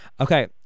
Okay